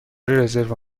رزرو